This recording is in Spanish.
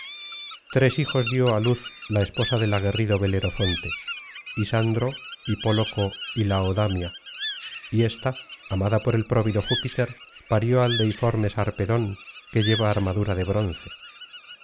tres hijos dio á luz la esposa del aguerrido belerofonte isandro hipóloco y laodamia y éáta amada por el próvido júpiter parió al deiforme sarpedón que lleva armadura de bronce